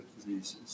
diseases